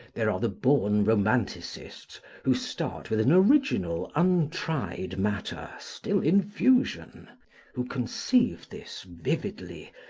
there are the born romanticists, who start with an original, untried matter, still in fusion who conceive this vividly,